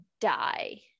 die